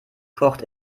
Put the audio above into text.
kocht